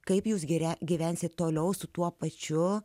kaip jūs girią gyvensite toliau su tuo pačiu